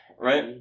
right